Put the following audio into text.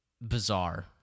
bizarre